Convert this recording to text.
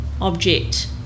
object